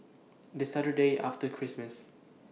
The Saturday after Christmas